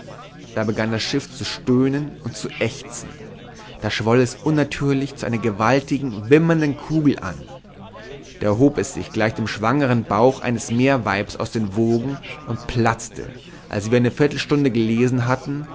da begann das schiff zu stöhnen und zu ächzen da schwoll es unnatürlich zu einer gewaltigen wimmernden kugel an da hob es sich gleich dem schwangeren bauch eines meerweibs aus den wogen und platzte als wir eine viertel stunde gelesen hatten